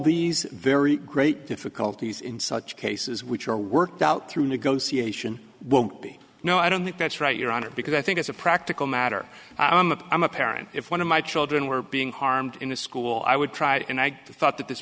these very great difficulties in such cases which are worked out through negotiation won't be no i don't think that's right your honor because i think as a practical matter i'm a parent if one of my children were being harmed in a school i would try and i thought that this